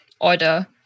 order